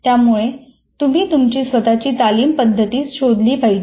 त्यामुळे तुम्ही तुमची स्वतःची तालीम पद्धती शोधली पाहिजे